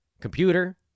Computer